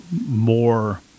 more